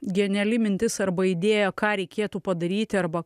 geniali mintis arba idėja ką reikėtų padaryti arba